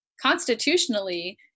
constitutionally